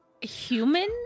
human